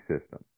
system